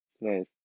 nice